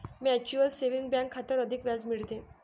mutual saving bank खात्यावर अधिक व्याज मिळते